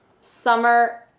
summer